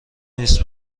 نیست